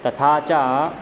तथा च